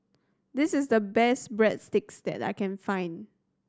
this is the best Breadsticks that I can find